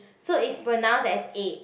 so it's pronounced as A